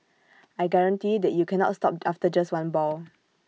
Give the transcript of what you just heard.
I guarantee that you cannot stop after just one ball